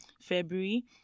february